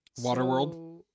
Waterworld